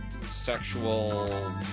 sexual